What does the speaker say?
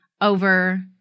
over